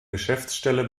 geschäftsstelle